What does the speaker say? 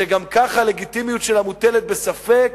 שגם כך הלגיטימיות שלה מוטלת בספק,